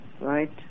right